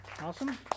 Awesome